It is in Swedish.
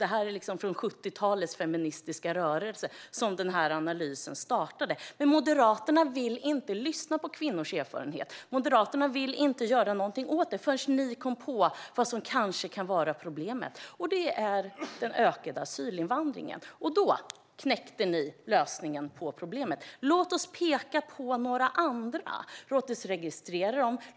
Det var i 70-talets feministiska rörelse som den här analysen startade. Moderaterna vill inte lyssna på kvinnors erfarenhet. Moderaterna vill inte göra något åt detta förrän de kommer på vad som kanske kan vara problemet, och det är alltså den ökade asylinvandringen. Där har ni löst problemet! Ni säger: Låt oss peka på några andra. Låt oss registrera dem.